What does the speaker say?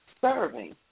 serving